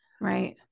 Right